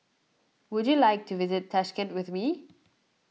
would you like to visit Tashkent with me